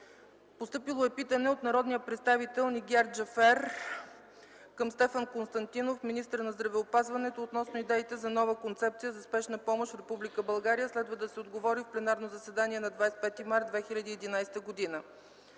Постъпило е питане от народния представител Нигяр Джафер към Стефан Константинов – министър на здравеопазването, относно идеите за нова концепция за спешна помощ в Република България. Следва да се отговори в пленарното заседание на 25 март 2011 г.